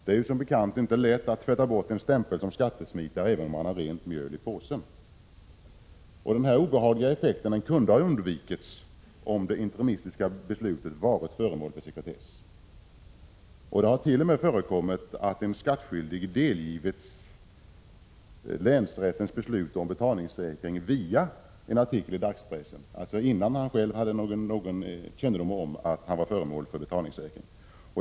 Det är som bekant inte lätt att tvätta bort en stämpel som skattesmitare även om man har rent mjöl i påsen. Denna obehagliga effekt kunde ha undvikits om det interimistiska beslutet varit föremål för sekretess. Det hart.o.m. förekommit att en skattskyldig delgivits länsrättens beslut om betalningssäkring via en artikel i dagspressen — således innan han själv hade kännedom om att han var föremål för betalningssäkring.